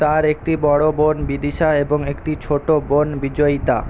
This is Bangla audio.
তার একটি বড়ো বোন বিদিশা এবং একটি ছোটো বোন বিজয়ীতা